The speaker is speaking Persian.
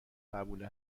قبول